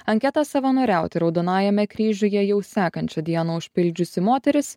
anketą savanoriauti raudonajame kryžiuje jau sekančią dieną užpildžiusi moteris